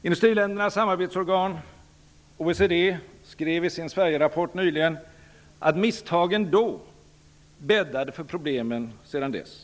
Industriländernas samarbetsorgan OECD skrev i sin Sverigerapport nyligen att misstagen då bäddade för problemen sedan dess.